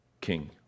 king